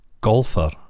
Golfer